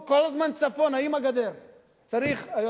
תזרז כמה